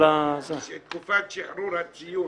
תקופת שחרור הציון.